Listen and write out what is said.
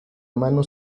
mano